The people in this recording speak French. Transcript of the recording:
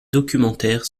documentaire